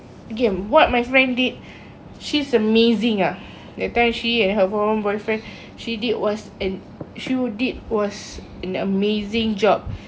game what my friend did she's amazing ah that time she and her boyfriend she did was an she did was an amazing job